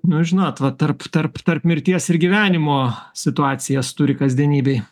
nu žinot vat tarp tarp tarp mirties ir gyvenimo situacijas turi kasdienybėj